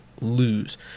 lose